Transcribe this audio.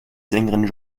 sängerin